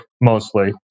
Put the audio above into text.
mostly